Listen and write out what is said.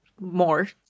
more